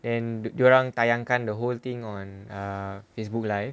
then dia orang tayangkan the whole thing on err facebook live